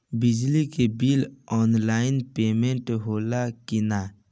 बिजली के bill online payment होला कि ना?